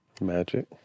Magic